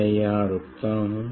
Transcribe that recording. मैं यहाँ रुकता हूँ